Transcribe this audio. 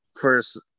first